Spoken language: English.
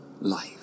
life